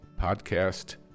podcast